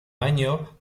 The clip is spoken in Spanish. año